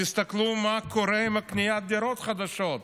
תסתכלו מה קורה עם קניית דירות חדשות,